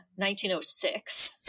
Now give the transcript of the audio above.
1906